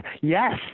yes